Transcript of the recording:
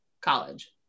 college